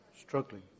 Struggling